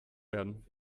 werden